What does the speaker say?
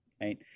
Right